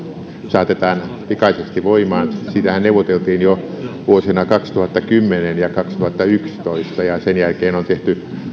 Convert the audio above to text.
saatetaan pikaisesti voimaan siitähän neuvoteltiin jo vuosina kaksituhattakymmenen ja kaksituhattayksitoista ja sen jälkeen on tehty